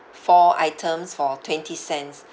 four items for twenty cents